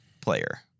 player